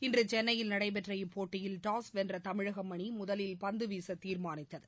இன்று சென்னையில் நடைபெற்ற இப்போட்டியில் டாஸ் வென்ற தமிழகம் அணி முதலில் பந்து வீச தீர்மானித்தவு